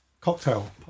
cocktail